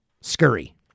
scurry